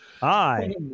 hi